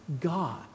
God